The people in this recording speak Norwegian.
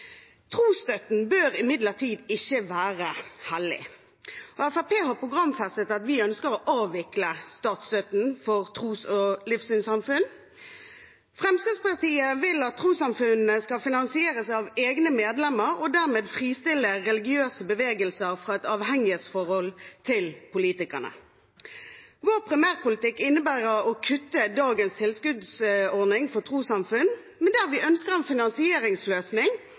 Trosstøtten bør imidlertid ikke være hellig. Fremskrittspartiet har programfestet at vi ønsker å avvikle statsstøtten til tros- og livssynssamfunn. Fremskrittspartiet vil at trossamfunnene skal finansieres av egne medlemmer, og dermed fristille religiøse bevegelser fra et avhengighetsforhold til politikerne. Vår primærpolitikk innebærer å kutte dagens tilskuddsordning for trossamfunn, men vi ønsker en finansieringsløsning